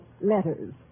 letters